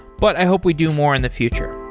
but i hope we do more in the future